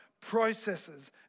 processes